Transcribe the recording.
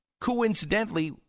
coincidentally